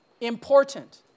important